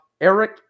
Eric